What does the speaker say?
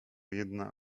jedna